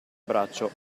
braccio